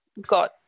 got